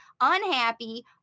unhappy